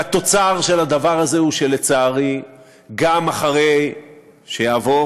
והתוצר של הדבר הזה הוא שלצערי גם אחרי שיעבור